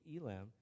Elam